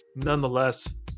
Nonetheless